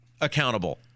accountable